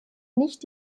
nicht